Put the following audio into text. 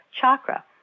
chakra